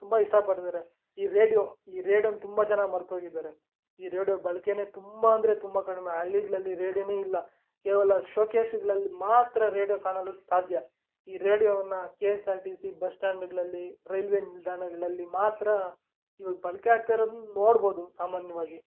ತುಂಬ ಇಷ್ಟ ಪಡ್ತಾರೆ ಈ ರೇಡಿಯೋ ಈ ರೇಡಿಯೋನ ತುಂಬ ಜನ ಮರೆತೋಗಿದ್ದಾರೆ ಈ ರೇಡಿಯೋ ಬಳಕೆನೇ ತುಂಬ ಅಂದರೆ ತುಂಬ ಕಡಿಮೆ ಹಳ್ಳಿಗಳಲ್ಲಿ ರೇಡಿಯೋನೇ ಇಲ್ಲ ಕೇವಲ ಶೋಕೇಶ್ಗಳಲ್ಲಿ ಮಾತ್ರ ರೇಡಿಯೋ ಕಾಣಲು ಸಾಧ್ಯ ಈ ರೇಡಿಯೋವನ್ನು K S R T C bus ಸ್ಟ್ಯಾಂಡ್ಗಳಲ್ಲಿ ರೈಲ್ವೇ ನಿಲ್ದಾಣಗಳಲ್ಲಿ ಮಾತ್ರ ಇವಾಗ ಬಳಕೆ ಆಗ್ತಾಯಿರೋದನ್ನ ನೋಡ್ಬೋದು ಸಾಮಾನ್ಯವಾಗಿ